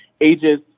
ages